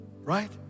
right